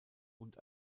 und